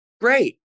Great